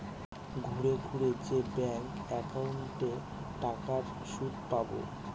ঘুরে ঘুরে যে ব্যাঙ্ক একাউন্টে টাকার সুদ পাবো